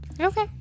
Okay